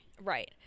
right